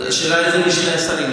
זו שאלה לשני השרים.